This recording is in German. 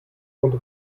und